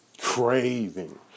craving